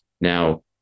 Now